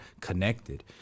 connected